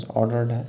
ordered